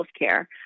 healthcare